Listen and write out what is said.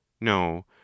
no